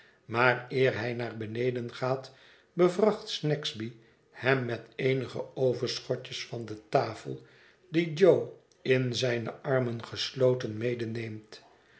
maar eer hij naar beneden gaat bevracht snagsby hem met eenige overschotjes van de tafel die jo in zijne armen gesloten